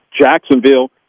Jacksonville